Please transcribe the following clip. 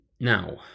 Now